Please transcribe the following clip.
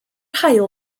haul